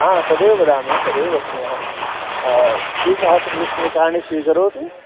हा तदेव वदामि तदेव वच्मि अहं त्रिसहस्ररूप्यकाणि स्वीकरोतु